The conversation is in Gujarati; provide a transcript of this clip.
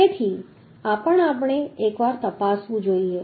તેથી આ પણ આપણે એકવાર તપાસવું જોઈએ